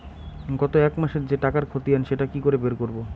গত এক মাসের যে টাকার খতিয়ান সেটা কি করে বের করব?